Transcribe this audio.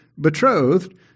betrothed